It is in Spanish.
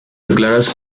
declarados